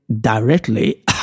directly